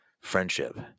friendship